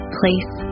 place